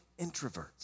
introverts